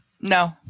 No